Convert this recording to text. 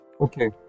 okay